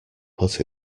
put